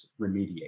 remediate